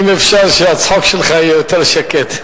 אם אפשר שהצחוק שלך יהיה יותר שקט.